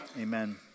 Amen